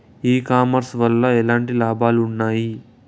ఈ కామర్స్ వల్ల ఎట్లాంటి లాభాలు ఉన్నాయి?